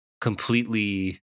completely